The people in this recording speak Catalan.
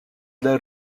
dels